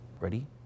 Ready